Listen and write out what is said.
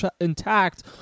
intact